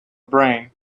brain